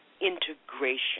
integration